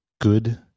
good